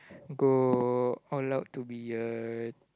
go all out to be a